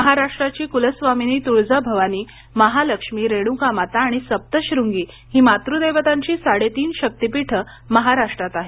महाराष्ट्राची कुलस्वामिनी तुळजाभवानी महालक्ष्मी रेणुकामाता आणि सप्तशृंगी ही मातृदेवतांची साडेतीन शक्तीपीठे महाराष्ट्रात आहेत